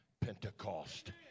Pentecost